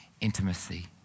intimacy